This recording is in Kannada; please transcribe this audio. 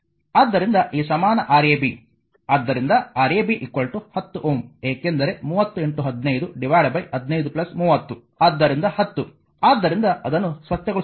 ಆದ್ದರಿಂದ ಈ ಸಮಾನ Rab ಆದ್ದರಿಂದ Rab 10 Ω ಏಕೆಂದರೆ 3015 1530 ಆದ್ದರಿಂದ 10 ಆದ್ದರಿಂದ ಅದನ್ನು ಸ್ವಚ್ಛಗೊಳಿಸುತ್ತೇನೆ